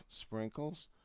Sprinkles